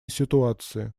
ситуации